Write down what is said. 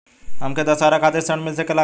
हमके दशहारा खातिर ऋण मिल सकेला का?